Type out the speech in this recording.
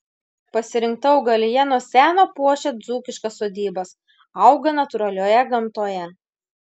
pasirinkta augalija nuo seno puošia dzūkiškas sodybas auga natūralioje gamtoje